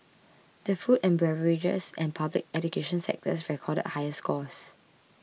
the food and beverages and public education sectors recorded higher scores